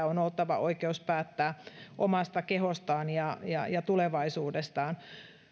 on oltava oikeus päättää omasta kehostaan ja ja tulevaisuudestaan